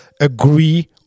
agree